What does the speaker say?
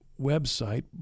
website